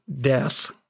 death